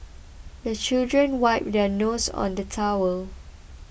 the children wipe their noses on the towel